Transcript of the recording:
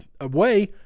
away